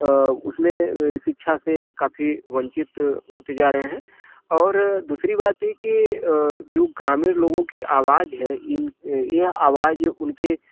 अ उसमें सिक्षा से काफी वंचित होते जा रहे हैं और दूसरी बात ये की अ जो ग्रामीण लोगों की आवाज है यह आवाज उनके